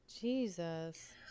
Jesus